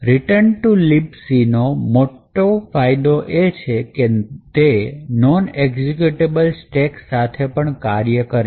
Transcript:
Return to Libc નો મોટો ફાયદો એ છે કે તે નોન executable સ્ટેક સાથે પણ કાર્ય કરે છે